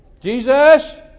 Jesus